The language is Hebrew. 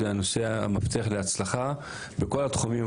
זה הנושא המפתח להצלחה בכל התחומים,